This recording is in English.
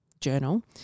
journal